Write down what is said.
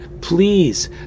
please